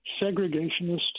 segregationist